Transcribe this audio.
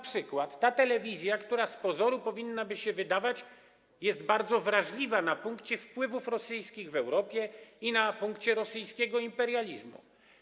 Np. z tej telewizji, która - z pozoru powinno by się wydawać - jest bardzo wrażliwa na punkcie wpływów rosyjskich w Europie i na punkcie rosyjskiego imperializmu.